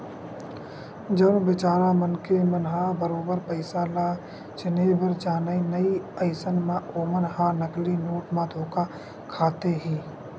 जउन बिचारा मनखे मन ह बरोबर पइसा ल चिनहे बर जानय नइ अइसन म ओमन ह नकली नोट म धोखा खाथे ही